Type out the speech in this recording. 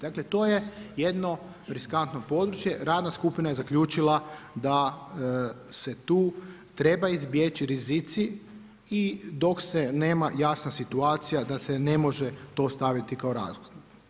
Dakle to je jedno riskantno područje, radna skupina je zaključila da se tu treba izbjeći rizici i dok se nema jasna situacija da se ne može to staviti kao razlog.